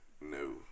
No